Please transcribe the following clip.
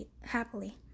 happily